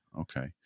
Okay